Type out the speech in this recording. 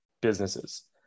businesses